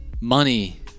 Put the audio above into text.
money